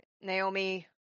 Naomi